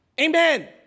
Amen